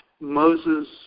Moses